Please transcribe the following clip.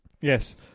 Yes